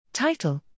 Title